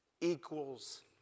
equals